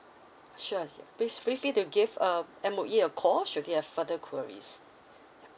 sure please feel free to give uh M_O_E a call should you have further queries ya